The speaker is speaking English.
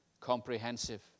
comprehensive